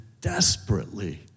desperately